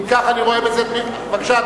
בבקשה,